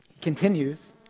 continues